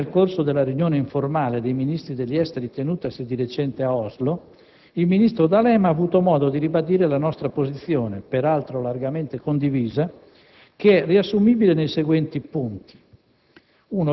Anche nel corso della riunione informale dei Ministri degli esteri tenutasi di recente a Oslo, il ministro D'Alema ha avuto modo di ribadire la nostra posizione, peraltro largamente condivisa, che è riassumibile nel modo seguente.